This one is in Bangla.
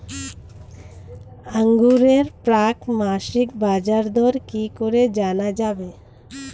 আঙ্গুরের প্রাক মাসিক বাজারদর কি করে জানা যাবে?